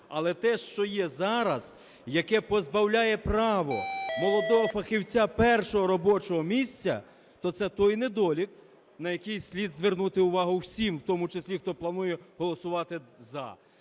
Але те, що є зараз, яке позбавляє права молодого фахівця першого робочого місця, то це той недолік, на який слід звернути увагу всім, в тому числі хто планує голосувати "за".